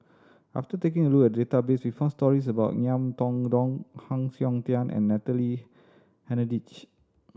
after taking a look at the database we found stories about Ngiam Tong Dow Heng Siok Tian and Natalie Hennedige